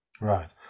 Right